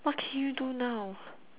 what can you do now